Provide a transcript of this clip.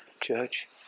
church